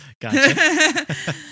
Gotcha